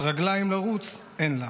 אבל רגליים לרוץ אין לה.